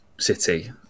City